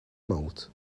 mouth